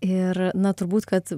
ir na turbūt kad